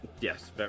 Yes